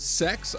sex